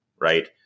right